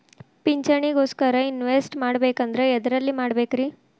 ಪಿಂಚಣಿ ಗೋಸ್ಕರ ಇನ್ವೆಸ್ಟ್ ಮಾಡಬೇಕಂದ್ರ ಎದರಲ್ಲಿ ಮಾಡ್ಬೇಕ್ರಿ?